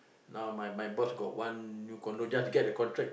now my my boss got one new condo just get the contract